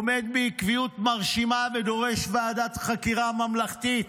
עומד בעקביות מרשימה ודורש ועדת חקירה ממלכתית,